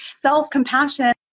Self-compassion